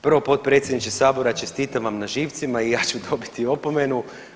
Prvo potpredsjedniče sabora čestitam vam na živcima i ja ću dobiti opomenu.